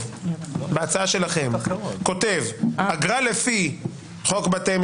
בהצעה שלכם כותב: אגרה לפי חוק בתי משפט,